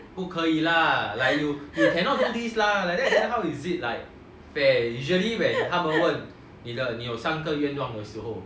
不可以 lah like you you cannot do this lah like that then how is it like fair usually when 他们问你的你有三个愿望的时候